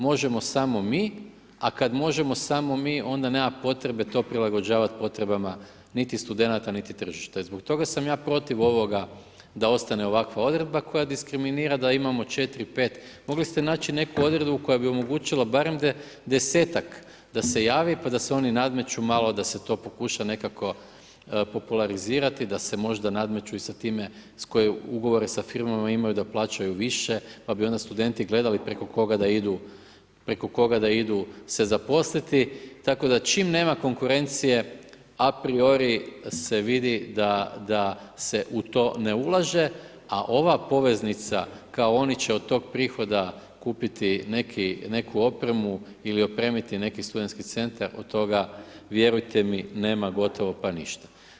Možemo samo mi, a kad možemo samo mi, onda nema potrebe to prilagođavat potrebama niti studenata niti tržišta i zbog toga sam ja protiv ovoga da ostane ovakva odredba koja diskriminira da imamo 4, 5, mogli ste naći neku odredbu koja bi omogućila barem 10-ak da se javi pa da se oni nadmeću malo, da se to pokuša nekako popularizirati, da se možda nadmeću i sa time koje ugovore s firmama imaju, da plaćaju više, pa bi onda studenti gledali preko koga da idu se zaposliti tako da čim nema konkurencije, apriori se vidi da se u to ne ulaže a ova poveznica kao oni će od tog prihoda kupiti neku opremu ili opremiti neki SC, od toga vjerujte mi, nema gotovo pa ništa.